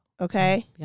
Okay